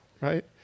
right